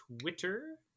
Twitter